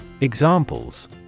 Examples